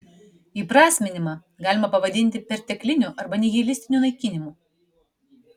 įprasminimą galima pavadinti pertekliniu arba nihilistiniu naikinimu